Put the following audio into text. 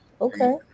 Okay